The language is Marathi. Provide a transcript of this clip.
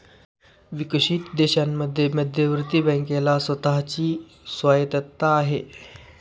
विकसित देशांमध्ये मध्यवर्ती बँकेला स्वतः ची स्वायत्तता आहे